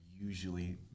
usually